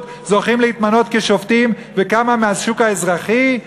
זוכים להתמנות לשופטים וכמה מהשוק האזרחי?